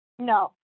No